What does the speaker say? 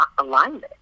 alignment